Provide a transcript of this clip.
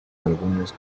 algunos